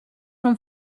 from